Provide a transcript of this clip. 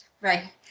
right